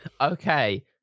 Okay